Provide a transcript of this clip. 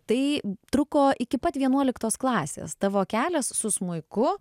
tai truko iki pat vienuoliktos klasės tavo kelias su smuiku